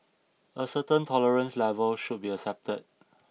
a certain tolerance level should be accepted